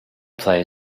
play